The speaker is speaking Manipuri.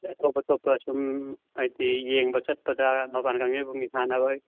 ꯑꯇꯣꯞ ꯑꯇꯣꯞꯄ ꯁꯨꯝ ꯍꯥꯏꯗꯤ ꯌꯦꯡꯕ ꯆꯠꯄꯗ ꯃꯄꯥꯟ ꯀꯥꯡꯖꯩꯕꯨꯡꯒꯤ ꯁꯥꯟꯅꯕ